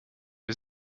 wir